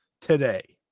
today